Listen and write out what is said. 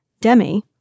Demi